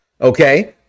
okay